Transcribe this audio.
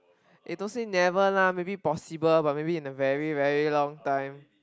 eh don't say never lah maybe possible but maybe in a very very long time